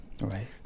Right